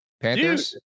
Panthers